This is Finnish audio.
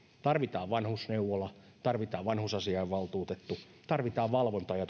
tarvitaan vanhusneuvola tarvitaan vanhusasiainvaltuutettu tarvitaan valvontaa ja